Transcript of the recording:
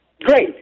Great